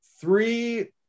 three